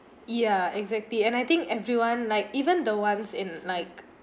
yeah exactly and I think everyone like even the ones in like